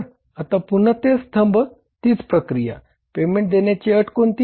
आता पुन्हा तेच स्तंभ तीच प्रक्रिया पेमेंट देण्याची अट कोणती